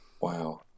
Wow